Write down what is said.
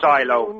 Silo